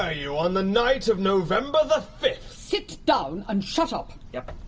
ah you on the night of november the fifth! sit down and shut up. yep.